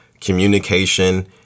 communication